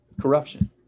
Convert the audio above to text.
Corruption